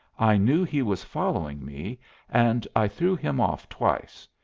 i knew he was following me and i threw him off twice,